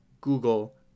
Google